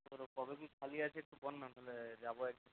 তোর কবে কী খালি আছে একটু বল না তাহলে যাবো এক দিন